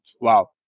Wow